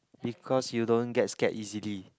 because you don't get scared easily